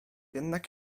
jednak